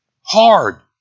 hard